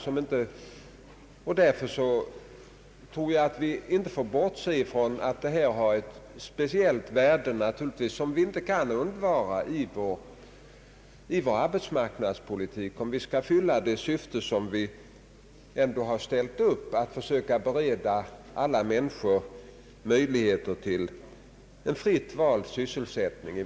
Vi får därför inte bortse från att detta bidrag har en speciell funktion, som vi inte kan undvara i vår arbetsmarknadspolitik, om vi skall uppnå det syfte vi har ställt upp, nämligen att försöka bereda alla människor i vårt land möjlighet till en fritt vald sysselsättning.